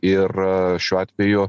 ir šiuo atveju